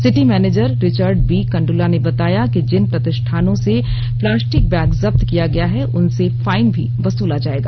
city manager Richard B Kandulna ने बताया कि जिन प्रतिष्ठानों से प्लास्टिक बैग जब्त किया गया है उनसे फाइन भी वसूला जाएगा